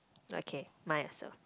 okay mine also